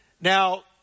Now